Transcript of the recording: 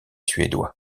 suédois